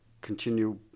continue